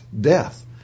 death